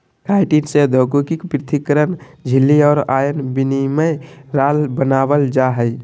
chitin से औद्योगिक पृथक्करण झिल्ली और आयन विनिमय राल बनाबल जा हइ